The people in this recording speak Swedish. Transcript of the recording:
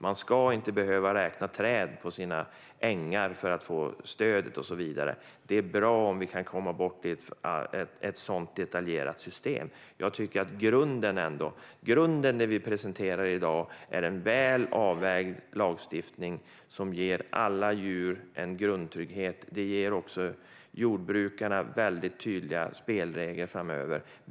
Man ska inte behöva räkna träd på sina ängar för att få stöd och så vidare. Det är bra om vi kan komma bort från ett sådant detaljerat system. Den grund vi presenterar i dag är en väl avvägd lagstiftning som ger alla djur en grundtrygghet. Den ger också jordbrukarna tydliga spelregler framöver.